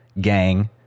gang